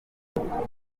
ibishyimbo